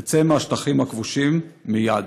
נצא מהשטחים הכבושים מייד".